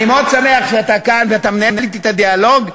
אני מאוד שמח שאתה כאן ואתה מנהל אתי את הדיאלוג,